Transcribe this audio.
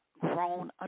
grown